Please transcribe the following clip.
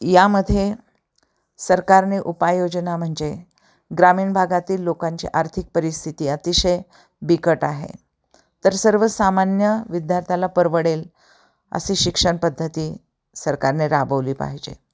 यामध्ये सरकारने उपायोजना म्हणजे ग्रामीण भागातील लोकांची आर्थिक परिस्थिती अतिशय बिकट आहे तर सर्वसामान्य विद्यार्थ्याला परवडेल अशी शिक्षण पद्धती सरकारने राबवली पाहिजे